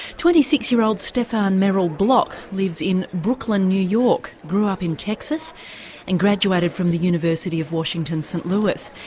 twenty-six-year-old stefan merrill block lives in brooklyn, new york, grew up in texas and graduated from the university of washington, st louis.